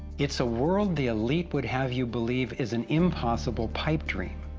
it's a world the elite would have you believe is an impossible pipedream,